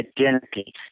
identity